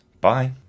Bye